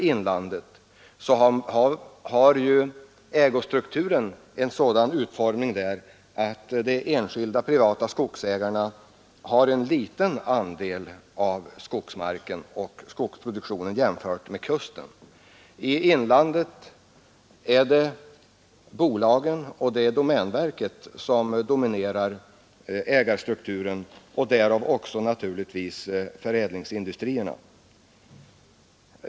Ett annat förhållande som hör hemma i det här sammanhanget är att de privata skogsägarna i inlandet har en liten andel av skogsmarken och skogsproduktionen i jämförelse med hur det är vid kusten. I inlandet är bolagen och domänverket de dominerande skogsägarna, och de borde därför dominera förädlingsindustrin där.